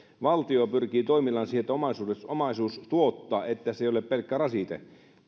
valtio pyrkii toimillaan siihen että omaisuus tuottaa että se ei ole pelkkä rasite